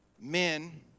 men